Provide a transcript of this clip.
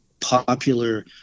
popular